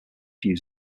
views